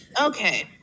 okay